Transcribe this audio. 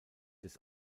des